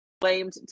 blamed